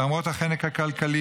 למרות החנק הכלכלי,